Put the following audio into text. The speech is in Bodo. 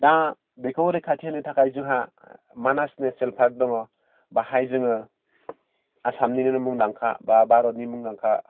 दा बेखौ रैखाथि होनो थाखाय जोंहा मानास नेसनेल पार्क दङ बाहाय जोङो आसामनिनो मुंदांखा बा भारतनिनो मुंदांखा